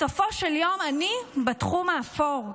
בסופו של יום אני בתחום האפור,